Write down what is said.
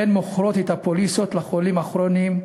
הן מוכרות את הפוליסות לחולים הכרוניים,